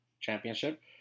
championship